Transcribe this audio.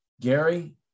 Gary